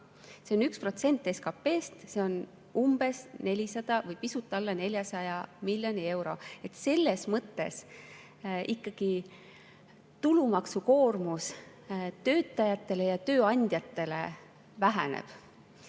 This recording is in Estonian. see on 1% SKP‑st, see on umbes 400 või pisut alla 400 miljoni euro. Selles mõttes ikkagi tulumaksukoormus töötajatele ja tööandjatele väheneb.